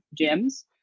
gyms